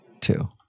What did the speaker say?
two